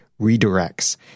redirects